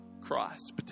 Christ